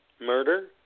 murder